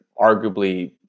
arguably